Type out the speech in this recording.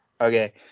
Okay